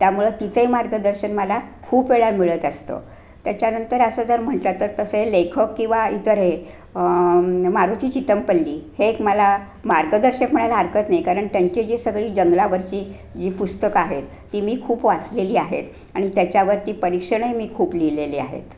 त्यामुळं तिचंही मार्गदर्शन मला खूप वेळा मिळत असतं त्याच्यानंतर असं जर म्हटलं तर तसं हे लेखक किंवा इतर हे मारुती चितमपल्ली हे एक मला मार्गदर्शक म्हणायला हरकत नाही कारण त्यांची जी सगळी जंगलावरची जी पुस्तकं आहेत ती मी खूप वाचलेली आहेत आणि त्याच्यावरती परीक्षणही मी खूप लिहिलेले आहेत